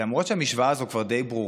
למרות שהמשוואה הזאת כבר די ברורה,